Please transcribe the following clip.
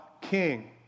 king